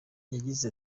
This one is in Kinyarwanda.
yagize